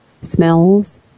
smells